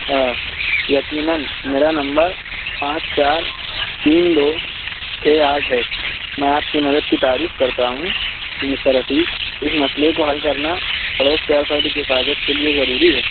ہاں یقیناً میرا نمبر پانچ چار تین دو چھ آٹھ ہے میں آپ کی مدد کی تعریف کرتا ہوں مسٹر حفیظ اس مسٔلے کو حل کرنا پڑوس کے ہر فرد کی حفاظت کے لیے ضروری ہے